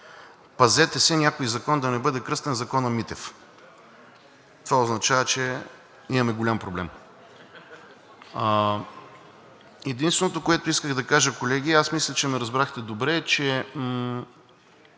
Пазете се някой закон да не бъде кръстен закона Митев това означава, че имаме голям проблем. Единственото, което исках да кажа. Колеги, аз мисля, че ме разбрахте добре, че